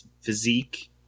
physique